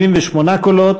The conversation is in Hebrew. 78 קולות,